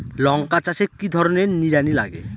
লঙ্কা চাষে কি ধরনের নিড়ানি লাগে?